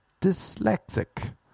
Dyslexic